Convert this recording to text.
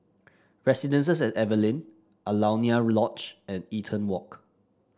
Residences at Evelyn Alaunia Lodge and Eaton Walk